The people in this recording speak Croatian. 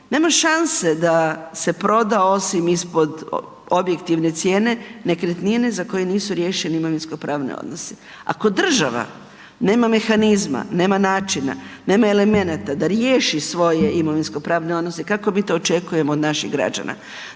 Nema šanse da se proda osim ispod objektivne cijene nekretnine za koju nisu riješeni imovinsko pravni odnosi. Ako država nema mehanizma, nema načina, nema elemenata da riješi svoje imovinsko pravne odnose kako mi to očekujemo od naših građana?